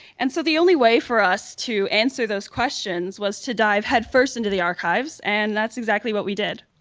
and so the only way for us to answer those questions was to dive headfirst into the archives. and that's exactly what we did.